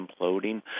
imploding